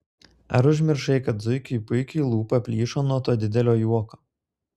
ar užmiršai kad zuikiui puikiui lūpa plyšo nuo to didelio juoko